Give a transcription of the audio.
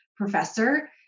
professor